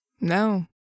no